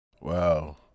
wow